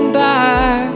back